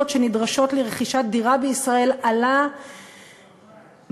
שנדרשות לרכישת דירה בישראל עלה מ-103,